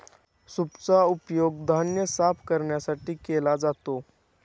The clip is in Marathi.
सूपचा उपयोग धान्य साफ करण्यासाठी केला जातो